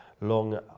long